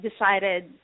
decided